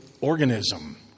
organism